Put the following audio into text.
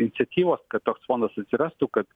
iniciatyvos kad toks fondas atsirastų kad